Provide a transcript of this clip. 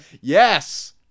Yes